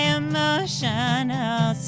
emotional